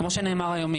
כמו שנאמר היום,